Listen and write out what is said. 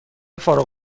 فارغ